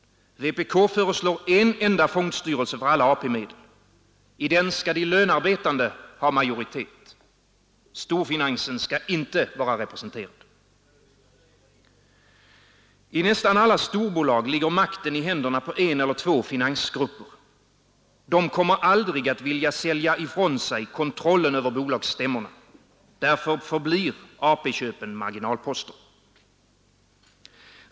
Vpk föreslår en enda fondstyrelse för alla AP-medel. I den skall de lönarbetande ha majoritet. Storfinansen skall inte vara representerad. I nästan alla storbolag ligger makten i händerna på en eller två finansgrupper. De kommer aldrig att vilja sälja ifrån sig kontrollen över bolagssstämmorna. Därför förblir AP-köpen marginalposter.